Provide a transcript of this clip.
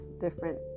different